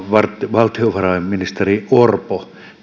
valtiovarainministeri orpo